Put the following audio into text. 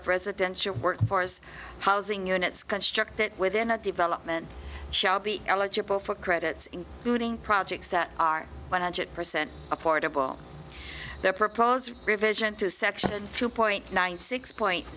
of presidential workforce housing units constructed within a development shall be eligible for credits in routing projects that are one hundred percent affordable their proposed revision to section two point nine six point